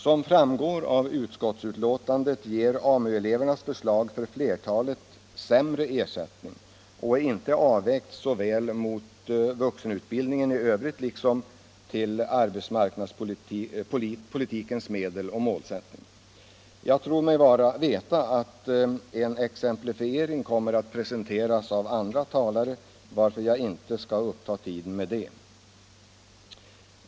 Som framgår av utskottsbetänkandet ger AMU-elevernas förslag för flertalet sämre ersättning och är inte avvägt så väl mot vuxenutbildningen i övrigt liksom inte heller mot arbetsmarknadspolitikens medel och målsättning. Jag tror mig veta att en exemplifiering kommer att presenteras av andra talare, varför jag inte skall uppta tiden med någon sådan.